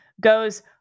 goes